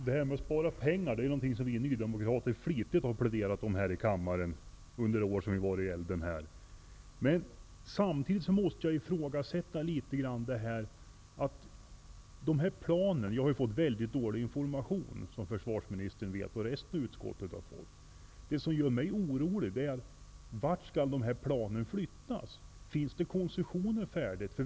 Herr talman! Att spara pengar är något som vi nydemokrater flitigt har pläderat för här i kammaren under det år vi har varit i elden här. Som försvarsministern vet har jag och resten av utskottet fått väldigt dålig information om detta. Det som ändå gör mig orolig är: Vart skall dessa plan flyttas? Finns det koncessioner färdiga?